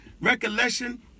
recollection